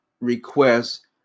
request